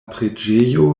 preĝejo